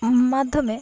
মাধ্যমে